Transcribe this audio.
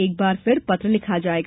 एक बार फिर पत्र लिखा जाएगा